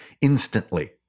instantly